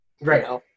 Right